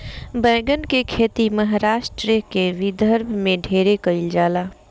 बैगन के खेती महाराष्ट्र के विदर्भ में ढेरे कईल जाला